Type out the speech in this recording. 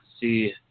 see